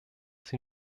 sie